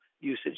usage